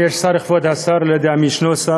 אם יש שר, כבוד השר, אני לא יודע אם יש שר,